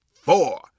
four